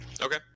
Okay